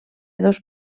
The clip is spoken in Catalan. dos